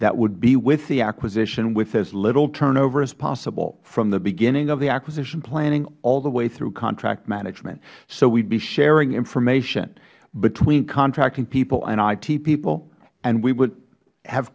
that would be with the acquisition with as little turnover as possible from the beginning of the acquisition planning all the way through contract management so we would be sharing information between contracting people and it people and we would have